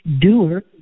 doer